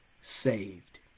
saved